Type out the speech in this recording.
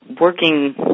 working